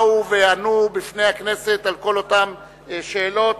באו וענו בפני הכנסת על כל אותן שאלות,